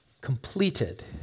completed